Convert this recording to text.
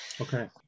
Okay